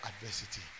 adversity